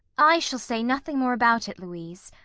i shall say nothing more about it, louise.